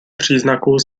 příznaků